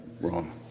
wrong